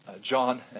John